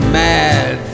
mad